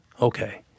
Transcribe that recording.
okay